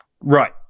Right